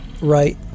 right